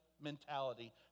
mentality